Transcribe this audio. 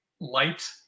light